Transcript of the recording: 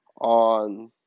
on